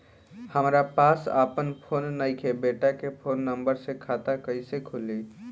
हमरा पास आपन फोन नईखे बेटा के फोन नंबर से खाता कइसे खुली?